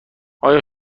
آیا